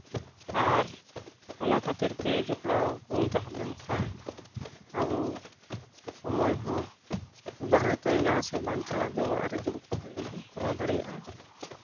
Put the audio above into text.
ᱟᱨ ᱚᱱᱟ ᱠᱷᱟᱹᱛᱤᱨ ᱛᱮ ᱡᱚᱯᱲᱟᱣ ᱵᱚᱱ ᱛᱟᱦᱮᱸ ᱞᱮᱱᱠᱷᱟᱱ ᱟᱵᱚ ᱥᱚᱢᱚᱭ ᱦᱚᱸ ᱵᱟᱦᱨᱮ ᱛᱮ ᱡᱟᱦᱟᱸ ᱥᱮᱜ ᱵᱟᱝ ᱪᱟᱞᱟᱣ ᱠᱟᱛᱮᱫ ᱚᱲᱟᱜ ᱨᱮ ᱫᱩᱲᱩᱵ ᱠᱟᱛᱮᱫ ᱦᱚᱸᱵᱚᱱ ᱠᱚᱨᱟᱣ ᱫᱟᱲᱮᱭᱟᱜᱼᱟ